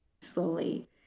slowly